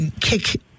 kick